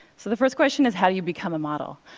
so the first question is, how do you become a model?